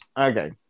okay